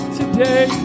today